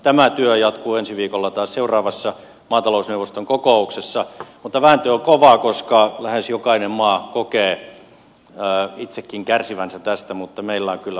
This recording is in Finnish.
tämä työ jatkuu ensi viikolla taas seuraavassa maatalousneuvoston kokouksessa mutta vääntö on kovaa koska lähes jokainen maa kokee itsekin kärsivänsä tästä mutta meillä on kyllä faktat puolellamme